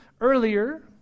earlier